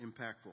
impactful